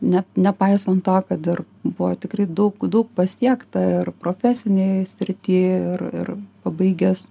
ne nepaisant to kad ir buvo tikrai daug daug pasiekta ir profesinėj srity ir ir pabaigęs